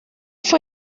fue